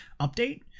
update